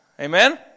Amen